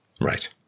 Right